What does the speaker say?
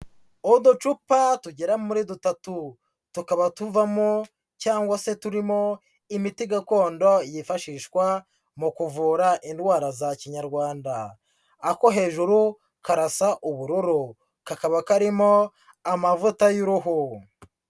Uducupa tugera muri dutatu, tukaba tuvamo cyangwa se turimo imiti gakondo yifashishwa mu kuvura indwara za Kinyarwanda, ako hejuru karasa ubururu, kakaba karimo amavuta y'uruhu.